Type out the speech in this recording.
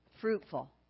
fruitful